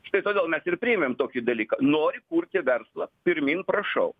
štai todėl mes ir priėmėm tokį dalyką nori kurti verslą pirmyn prašau